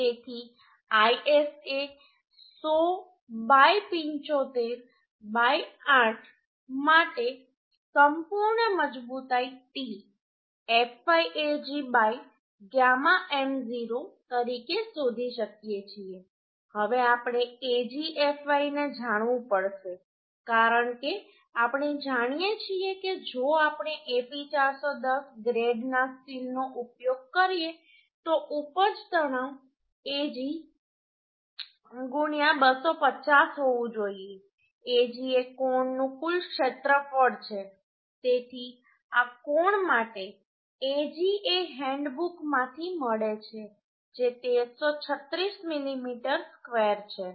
તેથી ISA 100 75 8 માટે આપણે સંપૂર્ણ મજબૂતાઈ T fy Ag γ m0 તરીકે શોધી શકીએ છીએ હવે આપણે Ag fy ને જાણવું પડશે કારણ કે આપણે જાણીએ છીએ કે જો આપણે Fe410 ગ્રેડના સ્ટીલનો ઉપયોગ કરીએ તો ઉપજ તણાવ Ag 250 હોવું જોઈએ Ag એ કોણનું કુલ ક્ષેત્રફળ છે તેથી આ કોણ માટે Ag એ હેન્ડ બુક માંથી મળે છે જે 1336 મિલીમીટર ²છે